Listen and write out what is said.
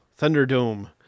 thunderdome